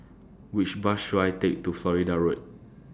Which Bus should I Take to Florida Road